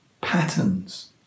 patterns